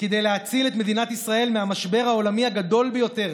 כדי להציל את מדינת ישראל מהמשבר העולמי הגדול ביותר,